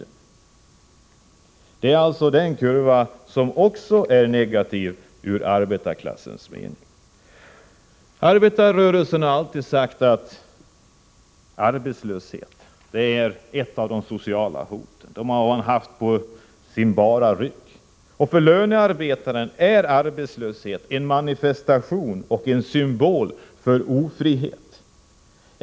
Också det är en kurva som är negativ ur arbetarklassens synvinkel. Arbetarrörelsen har alltid sagt att arbetslöshet är ett av de sociala hoten, och för löntagarna är arbetslöshet en manifestation av och symbol för ofrihet.